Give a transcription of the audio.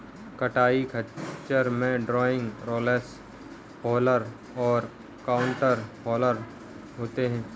कताई खच्चर में ड्रॉइंग, रोलर्स फॉलर और काउंटर फॉलर होते हैं